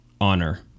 honor